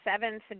seventh